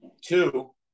Two